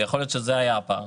יכול להיות שזה היה הפער.